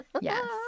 yes